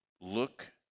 look